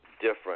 different